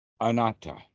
Anatta